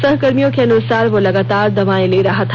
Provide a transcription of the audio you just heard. सहकर्मियों के अनुसार वह लगातार दवा भी ले रहा था